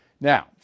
Now